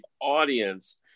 audience